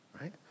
right